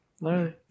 no